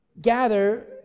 gather